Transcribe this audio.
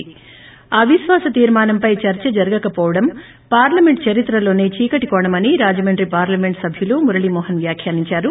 ి అవిశ్వాస తీర్మానంపై చర్చ జరగకపోవడం పార్లమెంట్ చరిత్రలోసే చీకటి కోణమని రాజమీండ్రి పార్లమెంట్ సభ్యులు మురళీమోహన్ వ్యాఖ్యానించారు